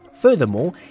Furthermore